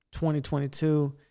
2022